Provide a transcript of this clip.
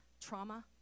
trauma